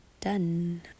done